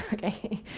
okay.